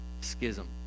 schism